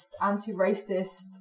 anti-racist